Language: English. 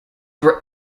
were